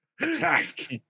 attack